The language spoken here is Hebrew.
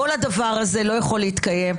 כל הדבר הזה לא יכול להתקיים.